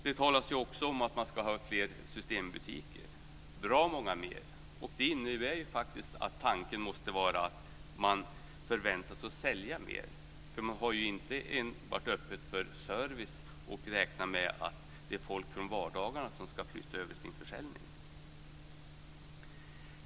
Det talas också om att man ska ha många fler systembutiker, och det innebär att tanken måste vara att man förväntar sig att sälja mer. Man har ju inte varit öppen för service och räknar med att folk som handlar på vardagarna ska flytta sina inköp.